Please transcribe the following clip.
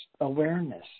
awareness